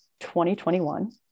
2021